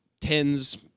tens